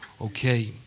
Okay